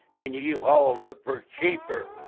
and you you hauled it for cheaper.